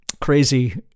crazy